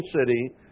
city